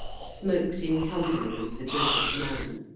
smoked in company with the grizzled man.